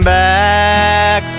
back